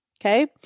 Okay